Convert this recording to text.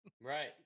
right